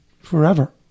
forever